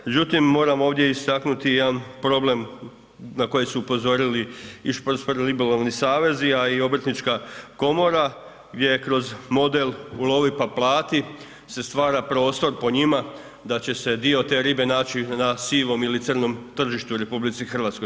Međutim, moram ovdje istaknuti jedan problem na koji su upozorili i športsko ribolovni savezi, a i Obrtnička komora gdje je kroz model ulovi pa plati se stvara prostor po njima da će se dio te ribe naći na sivom ili crnom tržištu u RH.